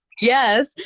Yes